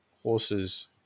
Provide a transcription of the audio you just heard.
Horses